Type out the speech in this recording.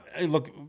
look